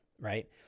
Right